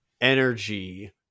energy